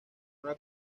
una